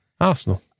Arsenal